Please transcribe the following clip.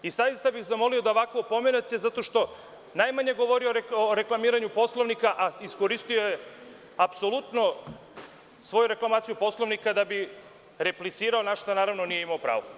Zaista bih molio da opomenete, zato što je najmanje govorio o reklamiranju Poslovnika, a iskoristio je apsolutno svoju reklamaciju Poslovnika da bi replicirao, na šta nije imao pravo.